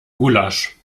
gulasch